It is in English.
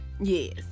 Yes